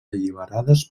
alliberades